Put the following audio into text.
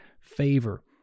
favor